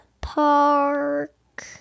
Park